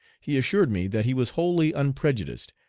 he assured me that he was wholly unprejudiced,